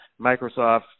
Microsoft